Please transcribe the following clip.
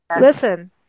listen